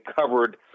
covered